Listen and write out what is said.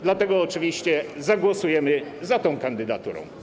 Dlatego oczywiście zagłosujemy za tą kandydaturą.